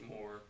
more